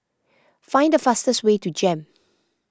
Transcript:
Find the fastest way to Jem